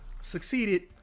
succeeded